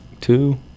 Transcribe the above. two